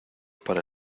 para